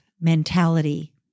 mentality